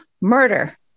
murder